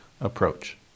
approach